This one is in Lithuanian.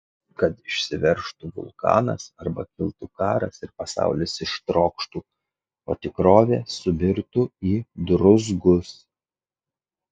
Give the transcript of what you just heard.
kad išsiveržtų vulkanas arba kiltų karas ir pasaulis ištrokštų o tikrovė subirtų į druzgus